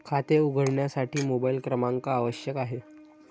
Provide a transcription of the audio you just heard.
खाते उघडण्यासाठी मोबाइल क्रमांक आवश्यक आहे